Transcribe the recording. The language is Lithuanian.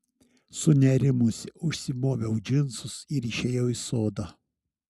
sunerimusi užsimoviau džinsus ir išėjau į sodą